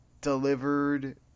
delivered